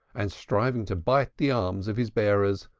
and striving to bite the arms of his bearers,